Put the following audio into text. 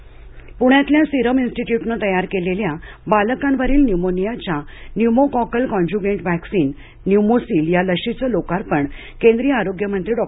Serum पुण्यातल्या Serum इन्स्टिटय़ूटने तयार केलेल्या बालकांवरील न्यूमोनियाच्या न्यूमोकॉकल काँजुगेट व्हॅक्सिन न्यूमोसिल या लशीचं लोकार्पण केंद्रीय आरोग्यमंत्री डॉ